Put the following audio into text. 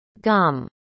gum